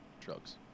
Drugs